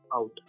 out